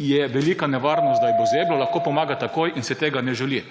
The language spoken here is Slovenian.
je velika nevarnost, da jih bo zeblo, lahko pomaga takoj in se tega ne želi.